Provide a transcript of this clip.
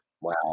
Wow